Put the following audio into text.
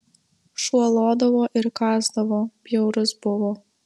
šuo lodavo ir kąsdavo bjaurus buvo